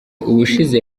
ubushize